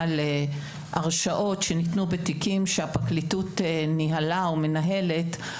להרשעות שניתנו בתיקים שהפרקליטות ניהלה או מנהלת,